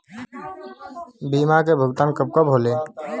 बीमा के भुगतान कब कब होले?